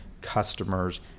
customers